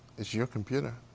it's your computer.